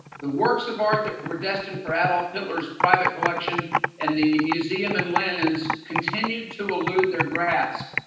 the works of art that were destined for adolf hitler's private collection and the museum in linz continued to elude their grasp.